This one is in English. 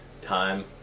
time